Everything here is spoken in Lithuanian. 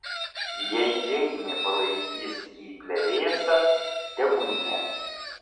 jei džeinė palaikys jį plevėsa tebūnie